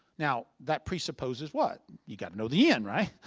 now, that presupposes what? you gotta know the end, right?